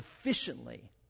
efficiently